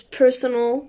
personal